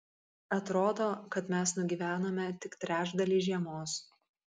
atrodo kad mes nugyvenome tik trečdalį žiemos